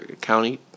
county